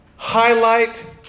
highlight